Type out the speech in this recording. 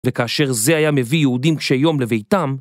וכאשר זה היה מביא יהודים קשי יום לביתם...